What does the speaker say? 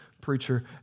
preacher